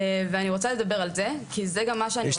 ואני רוצה לדבר על זה כי זה גם מה שאני רוצה --- יש